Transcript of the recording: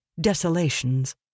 desolations